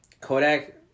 Kodak